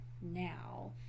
now